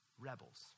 Rebels